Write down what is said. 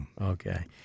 Okay